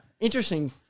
interesting